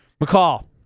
McCall